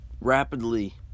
rapidly